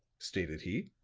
stated he.